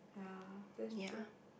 ya that's true